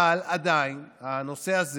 אבל עדיין הנושא הזה